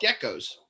geckos